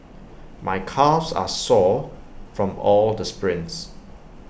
my calves are sore from all the sprints